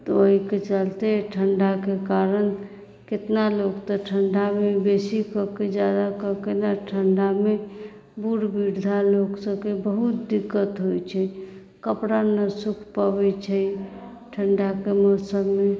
तऽ ओहिके चलते ठण्डाके कारण कितना लोग तऽ ठण्डामे बेसी कऽ के जाड़ा कऽ के ने ठण्डामे बूढ़ बुढ़ान लोकसभके बहुत दिक्कत होइत छै कपड़ा न सूखि पबैत छै ठण्डाके मौसममे